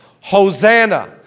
Hosanna